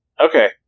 Okay